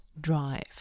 drive